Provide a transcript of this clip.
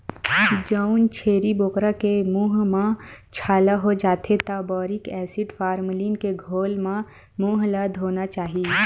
जउन छेरी बोकरा के मूंह म छाला हो जाथे त बोरिक एसिड, फार्मलीन के घोल म मूंह ल धोना चाही